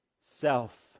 self